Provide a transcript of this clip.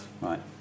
right